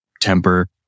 temper